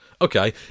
Okay